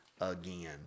again